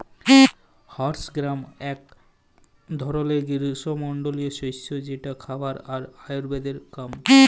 horse gram এক ধরলের গ্রীস্মমন্ডলীয় শস্য যেটা খাবার আর আয়ুর্বেদের কাম